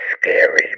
scary